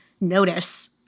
notice—